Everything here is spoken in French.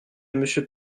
monsieur